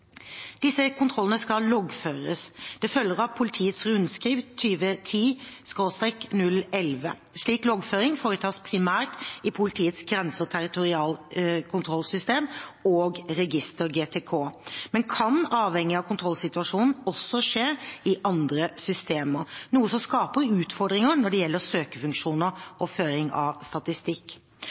Disse kontrollene skal loggføres. Det følger av politiets rundskriv 2010/011. Slik loggføring foretas primært i politiets grense- og territorialkontrollsystem og -register, GTK, men kan avhengig av kontrollsituasjonen også skje i andre systemer, noe som skaper utfordringer når det gjelder søkefunksjoner og føring av statistikk.